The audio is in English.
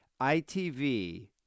itv